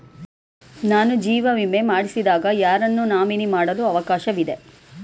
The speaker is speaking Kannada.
ನಾನು ಜೀವ ವಿಮೆ ಮಾಡಿಸಿದಾಗ ಯಾರನ್ನು ನಾಮಿನಿ ಮಾಡಲು ಅವಕಾಶವಿದೆ?